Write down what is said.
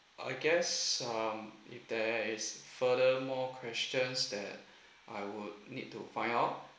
I guess um if there is further more questions that I would need to find out